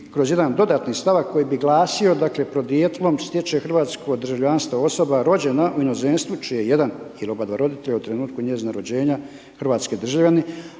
kroz jedan dodatni stavak koji bi glasio dakle podrijetlom stječe hrvatsko državljanstvo osoba rođena u inozemstvu čije je jedan ili oba dva roditelja u trenutku njezina rođenja hrvatski državljanin,